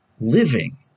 living